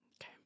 Okay